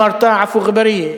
אמרת עפו אגבאריה,